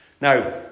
Now